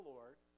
Lord